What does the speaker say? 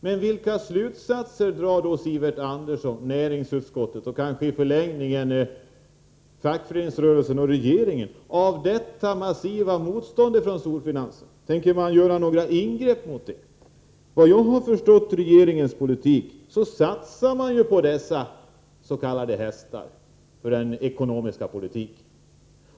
Men vilka slutsatser drar då Sivert Andersson, näringsutskottet och kanske i förlängningen fackföreningsrörelsen och regeringen av detta massiva motstånd från storfinansen? Tänker man göra någonting åt det? Så långt jag förstått regeringens politik satsar man i den ekonomiska politiken på dessa s.k. hästar.